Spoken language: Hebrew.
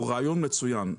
הוא רעיון מצוין.